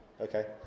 Okay